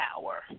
power